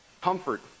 comfort